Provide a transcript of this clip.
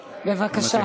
בבקשה.